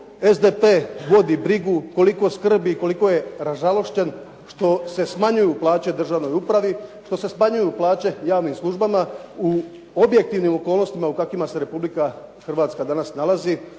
SDP vodi brigu, koliko skrbi i koliko je ražalošćen što se smanjuju plaće državnoj upravi, što se smanjuju plaće javnim službama u objektivnim okolnostima u kakvima se Republika Hrvatska danas nalazi,